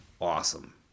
awesome